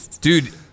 Dude